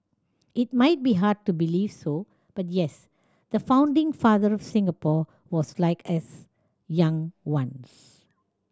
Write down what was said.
it might be hard to believe so but yes the founding father Singapore was like us young once